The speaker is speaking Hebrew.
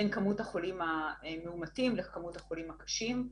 בין כמות החולים המאומתים לכמות החולים הקשים,